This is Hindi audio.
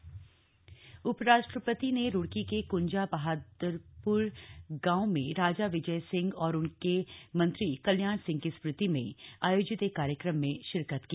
उपराष्ट्रपति रुड़की उपराष्ट्रपति ने रुड़की के कुंजा बहादुरपुर गांव में राजा विजय सिंह और उनके मंत्री कल्याण सिंह की स्मृति में आयोजित एक कार्यक्रम में शिरकत की